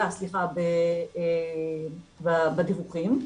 עליה בדיווחים.